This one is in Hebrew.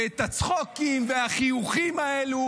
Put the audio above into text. ואת הצחוקים והחיוכים האלה,